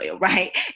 right